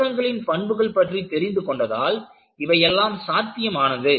உலோகங்களின் பண்புகள் பற்றி தெரிந்து கொண்டதால் இவையெல்லாம் சாத்தியம் ஆனது